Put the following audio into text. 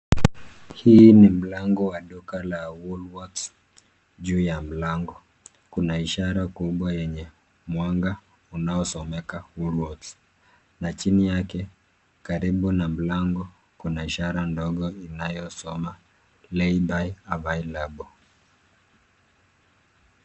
Hii ni mlango wa duka la Woolworths. Juu ya mlango kuna ishara kubwa yenye mwanga inayosomeka "Woolworths", na chini yake karibu na mlango kuna ishara ndogo inayosoma, "Lay-By Available."